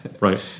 Right